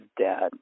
dad